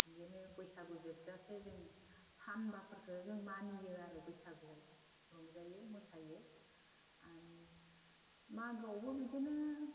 बेदिनो बैसागु जोबजासे जों सानबाफोरखो जों मानियो आरो बैसागुआव रंजायो मोसायो आरो मागोआवबो बिदिनो